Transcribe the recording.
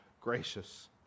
gracious